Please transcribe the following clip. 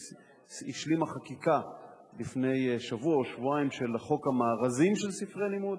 היא השלימה לפני שבוע או שבועיים חקיקה של חוק המארזים של ספרי לימוד,